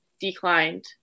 declined